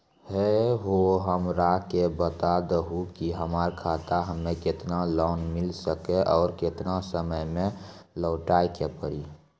है हो हमरा के बता दहु की हमार खाता हम्मे केतना लोन मिल सकने और केतना समय मैं लौटाए के पड़ी?